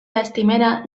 lastimera